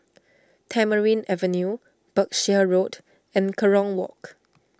Tamarind Avenue Berkshire Road and Kerong Walk